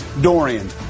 Dorian